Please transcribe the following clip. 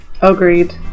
Agreed